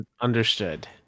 Understood